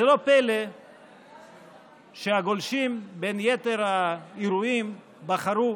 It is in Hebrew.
זה לא פלא שהגולשים בין יתר האירועים בחרו